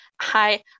hi